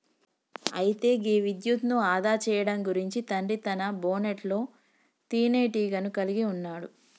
అయితే గీ విద్యుత్ను ఆదా సేయడం గురించి తండ్రి తన బోనెట్లో తీనేటీగను కలిగి ఉన్నాడు